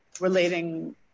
relating